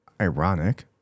ironic